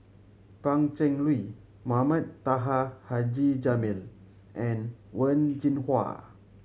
Pan Cheng Lui Mohamed Taha Haji Jamil and Wen Jinhua